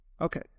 Okay